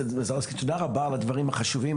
תודה רבה על הדברים החשובים,